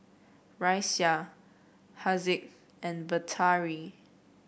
Raisya Haziq and Batari